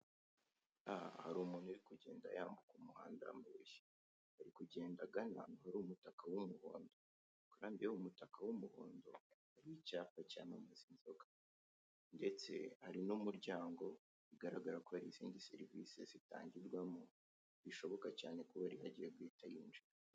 Aha hari umuntu uri kugenda yambuka umuhanda w'amabuye, ari kugenda agana ahantu hari umutaka w'umuhondo kandi umutaka w'umuhondo kandi ahari umutaka w'umuhondo, hari icyapa cyamamaza inzoga ndetse hari n'umuryango bigaragara ko hari izindi serivise zitangirwamo bishoboka cyane kuba agiye guhita yinjramo.